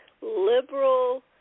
liberal